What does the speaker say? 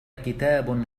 كتاب